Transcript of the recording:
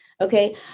Okay